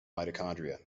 mitochondria